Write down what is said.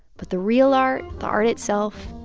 but the real art the art itself,